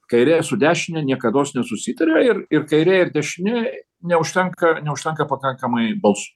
kairė su dešine niekados nesusitaria ir ir kairė ir dešinė neužtenka neužtenka pakankamai bals